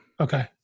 Okay